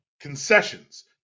concessions